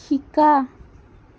শিকা